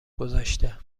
گذاشته